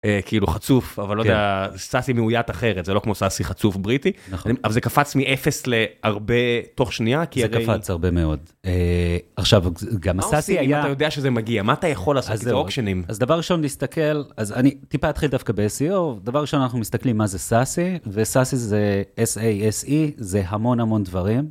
כאילו חצוף, אבל לא יודע, סאסי מאוית אחרת, זה לא כמו סאסי חצוף בריטי, אבל זה קפץ מ-0 להרבה, תוך שנייה, כי הרי... זה קפץ הרבה מאוד. עכשיו, גם הסאסי היה... מה עושים אם אתה יודע שזה מגיע? מה אתה יכול לעשות? אז זה אוקשינים. אז דבר ראשון להסתכל, אז אני טיפה אתחיל דווקא ב-SEO, דבר ראשון אנחנו מסתכלים מה זה סאסי, וסאסי זה S-A-S-E, זה המון המון דברים.